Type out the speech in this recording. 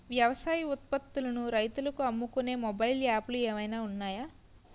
వ్యవసాయ ఉత్పత్తులను రైతులు అమ్ముకునే మొబైల్ యాప్ లు ఏమైనా ఉన్నాయా?